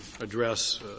address